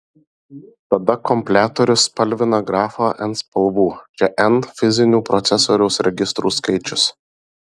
tada kompiliatorius spalvina grafą n spalvų čia n fizinių procesoriaus registrų skaičius